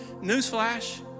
Newsflash